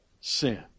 sin